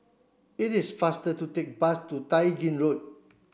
it is faster to take bus to Tai Gin Road